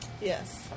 yes